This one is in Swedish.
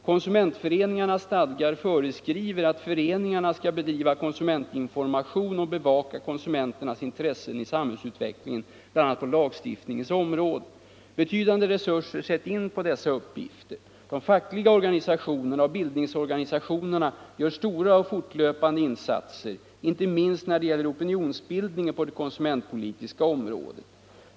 Konsumentföreningarnas stadgar föreskriver att föreningarna skall bedriva konsumentinformation och bevaka konsumenternas intressen i samhällsutvecklingen, bl.a. på lagstiftningens område. Betydande resurser sätts in på dessa uppgifter. De fackliga organisationerna och bildningsorganisationerna gör stora och fortlöpande insatser, inte minst när det gäller opinionsbildningen på det konsumentpolitiska området.